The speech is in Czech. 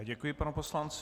Děkuji panu poslanci.